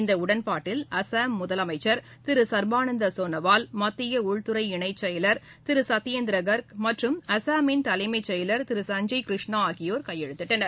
இந்த உடன்பாட்டில் அஸ்ஸாம் முதலமைச்சர் திரு சர்பானந்த சோனாவால் மத்திய உள்துறை இணை செயலர் திரு சத்யேந்திர கர்க் மற்றும் அஸ்ஸாமின் தலைமை செயலர் திரு சஞ்சப் கிருஷ்ணா ஆகியோர் கையெழுத்திட்டனர்